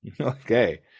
Okay